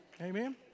Amen